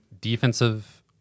defensive